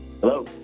Hello